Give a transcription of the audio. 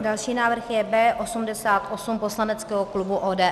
Další návrh je B88 poslaneckého klubu ODS.